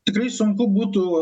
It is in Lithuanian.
tikrai sunku būtų